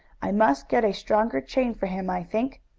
i must get a stronger chain for him, i think.